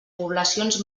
poblacions